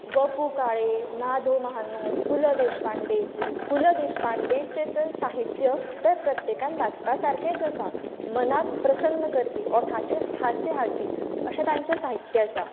व पू काळे ना दू म्हानूर पु ल देशपांडे पु ल देशपांडेचें तर साहित्य प्रत्येकान वाचपा सारकेंच आसा मनाक प्रसन्न करपी ओंठांचेर हास्य हाडपी अशें तांचें साहित्य आसा